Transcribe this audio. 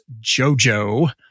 JoJo